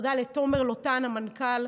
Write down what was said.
תודה לתומר לוטן המנכ"ל,